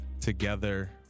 together